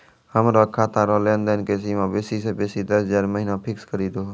हमरो खाता रो लेनदेन के सीमा बेसी से बेसी दस हजार महिना फिक्स करि दहो